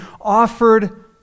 offered